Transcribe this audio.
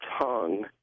tongue